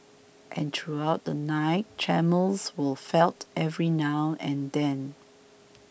and throughout the night tremors were felt every now and then